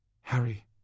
Harry